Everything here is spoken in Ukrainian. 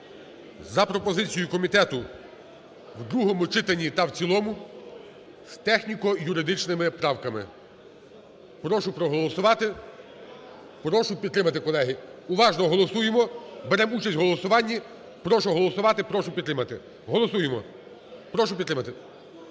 за пропозицією комітету у другому читанні та в цілому з техніко-юридичними правками. Прошу проголосувати, прошу підтримати. Колеги, уважно голосуємо, беремо участь у голосуванні. Прошу проголосувати, прошу підтримати. Голосуємо. Прошу підтримати.